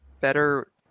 better